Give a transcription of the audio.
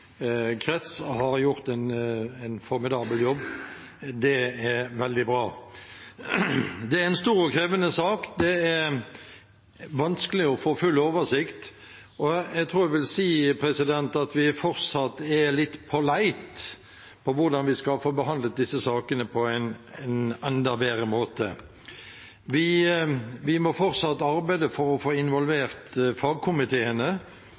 krets, har gjort en formidabel jobb. Det er veldig bra. Det er som sagt en stor og krevende sak, det er vanskelig å få full oversikt, og jeg tror jeg vil si at vi fortsatt er litt på leit etter hvordan vi skal få behandlet disse sakene på en enda bedre måte. Vi må fortsatt arbeide for å få involvert fagkomiteene